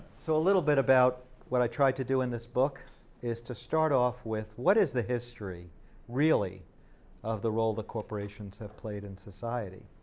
so a little bit about what i try to do in this book is to start off with what is the history really of the role the corporations have played in society,